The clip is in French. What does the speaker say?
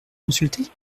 consulter